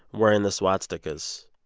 wearing the swastikas.